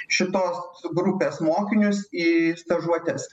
šitos grupės mokinius į stažuotes